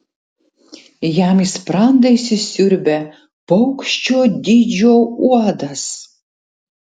jam į sprandą įsisiurbia paukščio dydžio uodas